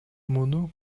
муну